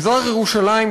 מזרח-ירושלים,